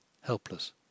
helpless